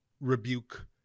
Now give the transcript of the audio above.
rebuke